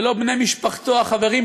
לך חידוש,